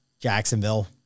Jacksonville